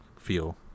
feel